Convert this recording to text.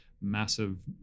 massive